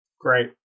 Great